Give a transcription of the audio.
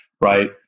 right